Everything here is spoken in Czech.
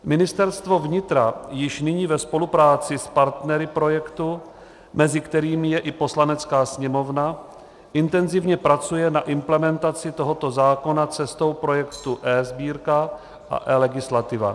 Ministerstvo vnitra již nyní ve spolupráci s partnery projektu, mezi kterými je i Poslanecká sněmovna, intenzivně pracuje na implementaci tohoto zákona cestou projektu eSbírka a eLegislativa.